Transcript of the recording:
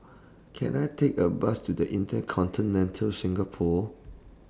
Can I Take A Bus to The InterContinental Singapore